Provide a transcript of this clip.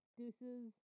deuces